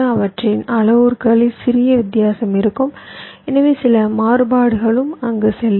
அவற்றின் அளவுருக்களில் சிறிய வித்தியாசம் இருக்கும் எனவே சில மாறுபாடுகளும் அங்கு செல்லும்